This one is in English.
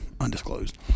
undisclosed